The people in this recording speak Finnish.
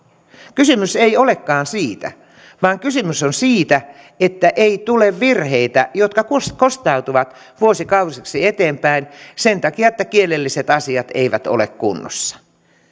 kysymys ei olekaan siitä vaan kysymys on siitä että ei tule virheitä jotka kostautuvat vuosikausiksi eteenpäin sen takia että kielelliset asiat eivät ole kunnossa